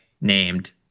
named